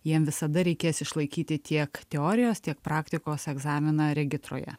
jiem visada reikės išlaikyti tiek teorijos tiek praktikos egzaminą regitroje